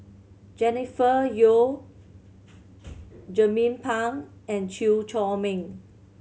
Jennifer Yeo Jernnine Pang and Chew Chor Meng